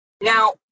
now